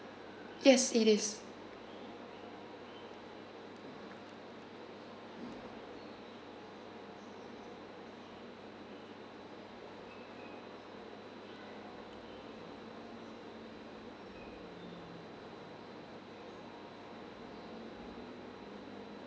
yes it is